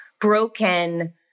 broken